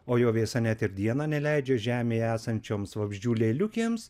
o jo vėsa net ir dieną neleidžia žemėje esančioms vabzdžių lėliukėms